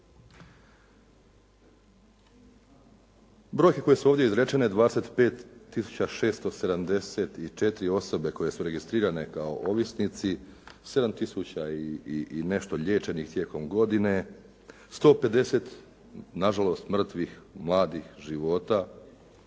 Brojke koje su ovdje izrečene, 25674 osobe koje su registrirane kao ovisnici. 7000 i nešto liječenih tijekom godine, 150 na žalost mrtvih, mladih života